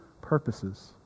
purposes